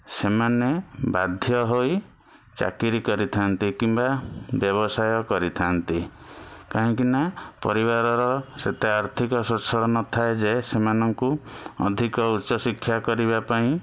ସେମାନେ ବାଧ୍ୟ ହୋଇ ଚାକିରୀ କରିଥାନ୍ତି କିମ୍ବା ବ୍ୟବସାୟ କରିଥାନ୍ତି କାହିଁକିନା ପରିବାରର ସେତେ ଆର୍ଥିକ ସ୍ୱଚ୍ଛଳ ନଥାଏ ଯେ ସେମାନଙ୍କୁ ଅଧିକ ଉଚ୍ଚଶିକ୍ଷା କରିବା ପାଇଁ